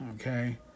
Okay